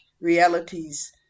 realities